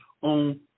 on